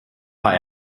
war